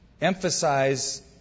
emphasize